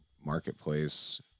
marketplace